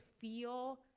feel